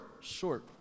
short